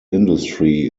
industry